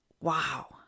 wow